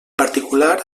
particular